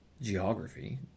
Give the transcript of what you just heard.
geography